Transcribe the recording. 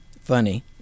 funny